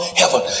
heaven